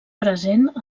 present